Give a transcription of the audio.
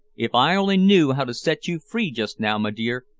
if i only knew how to set you free just now, my dear,